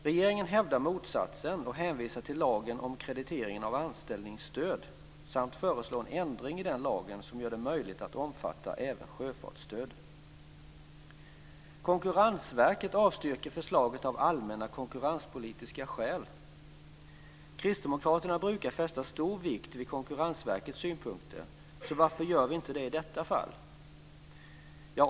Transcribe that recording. Regeringen hävdar motsatsen och hänvisar till lagen om kreditering av anställningsstöd samt föreslår en ändring av den lagen så att den även omfattar sjöfartsstöd. Konkurrensverket avstyrker förslaget av allmänna konkurrenspolitiska skäl. Kristdemokraterna brukar fästa stor vikt vid Konkurrensverkets synpunkter, så varför gör vi inte det i detta fall?